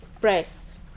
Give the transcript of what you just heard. press